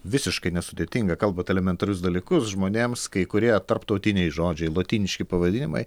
visiškai nesudėtinga kalbat elementarius dalykus žmonėms kai kurie tarptautiniai žodžiai lotyniški pavadinimai